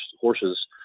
horses